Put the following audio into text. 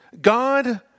God